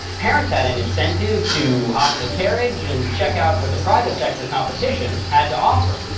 parents had an incentive to hop in the carriage and check out what the private sector competition had to offer.